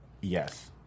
Yes